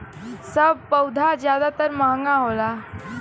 सब पउधा जादातर महंगा होला